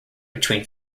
between